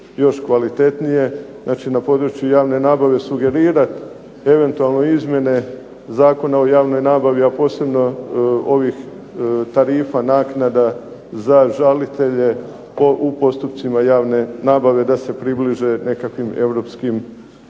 još kvalitetnije, znači na području javne nabave sugerirati eventualno izmjene Zakona o javnoj nabavi, a posebno ovih tarifa, naknada, za žalitelje u postupcima javne nabave da se približe nekakvim europskim